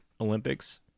Olympics